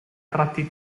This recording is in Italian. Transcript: tratti